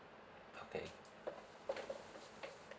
okay